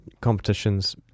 competitions